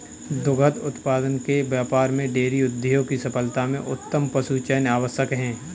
दुग्ध उत्पादन के व्यापार में डेयरी उद्योग की सफलता में उत्तम पशुचयन आवश्यक है